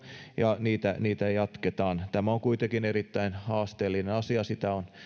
ja niitä niitä jatketaan tämä on kuitenkin erittäin haasteellinen asia sitä on